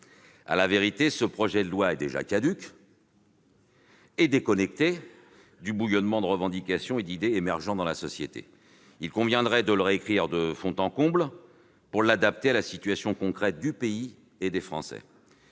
À la vérité, ce projet de loi est déjà caduc et déconnecté du bouillonnement de revendications et d'idées émergeant dans la société. Il conviendrait de le réécrire de fond en comble pour l'adapter à la situation concrète du pays et des Français.